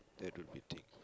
that would be thick